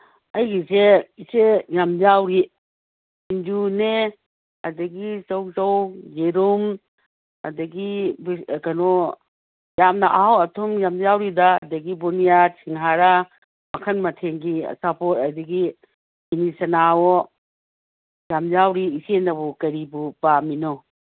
ꯑꯩꯒꯤꯁꯦ ꯏꯆꯦ ꯌꯥꯝ ꯌꯥꯎꯔꯤ ꯁꯤꯡꯖꯨꯅꯦ ꯑꯗꯒꯤ ꯆꯧ ꯆꯧ ꯌꯦꯔꯨꯝ ꯑꯗꯒꯤ ꯀꯩꯅꯣ ꯌꯥꯝꯅ ꯑꯍꯥꯎ ꯑꯊꯨꯝ ꯌꯥꯝ ꯌꯥꯎꯔꯤꯗ ꯑꯗꯒꯤ ꯕꯨꯅꯤꯌꯥ ꯁꯤꯡꯍꯔꯥ ꯃꯈꯜ ꯃꯊꯦꯟꯒꯤ ꯑꯆꯥꯄꯣꯠ ꯑꯗꯒꯤ ꯀꯤꯂꯤꯆꯅꯥ ꯑꯣ ꯌꯥꯝ ꯌꯥꯎꯔꯤ ꯏꯆꯦꯅꯕꯨ ꯀꯔꯤꯕꯨ ꯄꯥꯝꯃꯤꯅꯣ